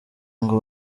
ngo